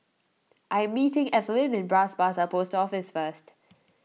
I am meeting Ethelyn at Bras Basah Post Office first